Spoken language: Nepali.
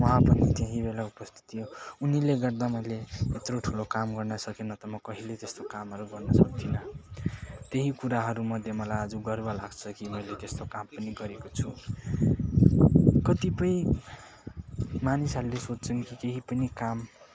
उहाँ पनि त्यही बेला उपस्थित थियो उनीले गर्दा मैले यत्रो ठुलो काम गर्न सकेँ नत्र म कहिले त्यस्तो कामहरू गर्न सक्थिनँ त्यही कुराहरूमध्ये आज मलाई गर्व लाग्छ कि मैले त्यस्तो काम पनि गरेको छु कतिपय मानिसहरूले सोच्छन् कि केही पनि काम